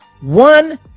one